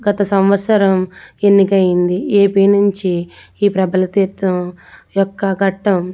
గత సంవత్సరం ఎన్నికయింది ఏపీ నుంచి ఈ ప్రభల తీర్థం యొక్క ఘట్టం